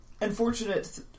unfortunate